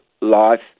life